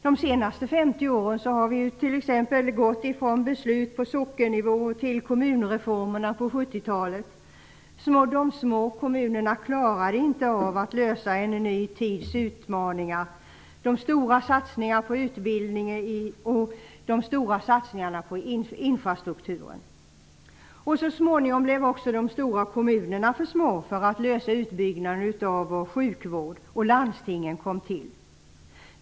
De senaste 50 åren har vi t.ex. gått från beslut på sockennivå till kommunreformerna på 70-talet. De små kommunerna klarade inte av att lösa en ny tids utmaningar, de stora satsningarna på utbildning och på infrastruktur. Så småningom blev också de stora kommunerna för små för att lösa utbyggnaden av sjukvården, och landstingen kom till.